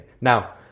now